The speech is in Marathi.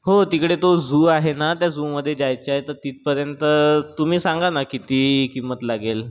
हो तिकडे तो झू आहे ना त्या झूमध्ये जायचं आहे तर तिथपर्यंत तुम्ही सांगा ना किती किंमत लागेल